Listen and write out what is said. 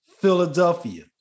Philadelphia